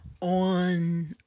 on